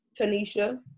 Tanisha